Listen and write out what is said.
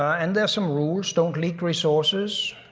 and there's some rules. don't leak resources.